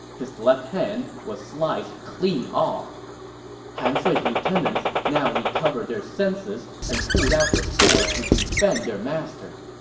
his left hand was sliced clean off han sui's lieutenants now recovered their senses and pulled out their swords to defend their master.